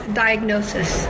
diagnosis